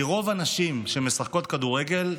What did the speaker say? כי רוב הנשים שמשחקות כדורגל,